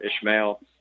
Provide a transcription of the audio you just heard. ishmael